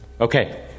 okay